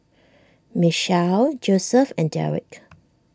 Michaele Joseph and Darrick